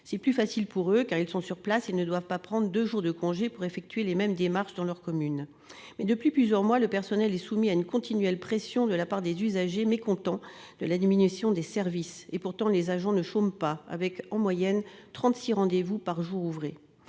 c'est plus facile pour eux, car ils sont sur place et ne doivent pas prendre deux jours de congé pour effectuer les mêmes démarches dans leur commune. Depuis plusieurs mois, le personnel est soumis à une continuelle pression de la part des usagers mécontents de la diminution des services. Pourtant, les agents ne chôment pas, avec en moyenne trente-six rendez-vous par jour ouvré.